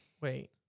Wait